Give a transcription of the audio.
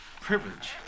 privilege